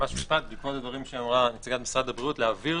מכל הדברים שאמרה נציגת משרד הבריאות, להבהיר